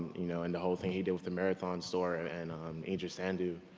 you know and the whole thing he did with the marathon store and and um iddris sandu.